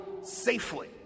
safely